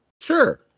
Sure